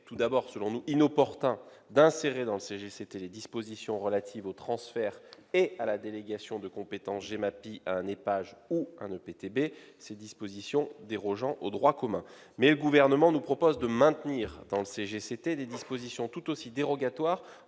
Gouvernement, il serait inopportun d'insérer dans le CGCT les dispositions relatives au transfert et à la délégation de la compétence GEMAPI à un EPAGE ou un EPTB, au motif que ces dispositions dérogent au droit commun. Toutefois, le Gouvernement nous propose de maintenir dans le CGCT des dispositions tout aussi dérogatoires,